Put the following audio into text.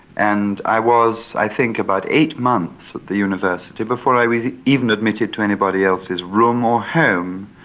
and i was i think about eight months at the university before i was even admitted to anybody else's room or home.